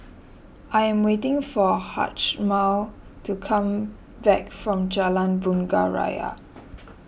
I am waiting for Hjalmar to come back from Jalan Bunga Raya